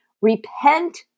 Repent